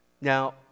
Now